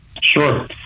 Sure